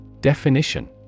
Definition